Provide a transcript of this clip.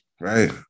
Right